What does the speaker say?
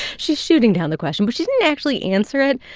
she's shooting down the question. but she didn't actually answer it.